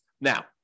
Now